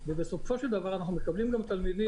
בסופו של דבר אנחנו מקבלים גם תלמידים